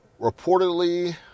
reportedly